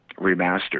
remastered